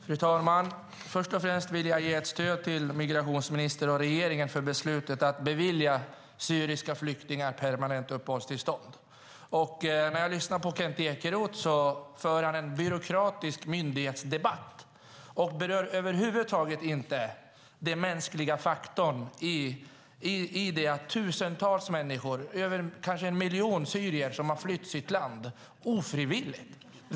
Fru talman! Först och främst vill jag ge stöd åt migrationsministerns och regeringens beslut att bevilja syriska flyktingar permanent uppehållstillstånd. När jag lyssnar på Kent Ekeroth hör jag att han för en byråkratisk myndighetsdebatt och över huvud taget inte berör den mänskliga faktorn när det gäller att tusentals människor, kanske över en miljon syrier, ofrivilligt har flytt från sitt land.